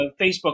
Facebook